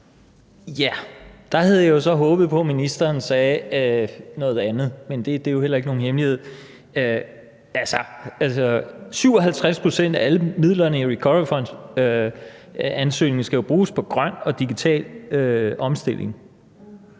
Ja, der havde jeg jo så håbet på, at ministeren sagde noget andet. Men det er jo heller ikke nogen hemmelighed. 57 pct. af alle midlerne i en recoveryfondansøgning skal jo bruges på en grøn og digital omstilling,